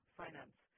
finance